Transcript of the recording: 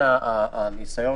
על סעיף קטן